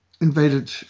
invaded